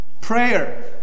Prayer